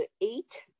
eight